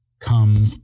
come